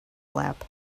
lap